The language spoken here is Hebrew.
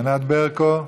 ענת ברקו,